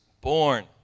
born